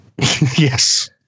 Yes